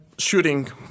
shooting